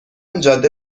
جاده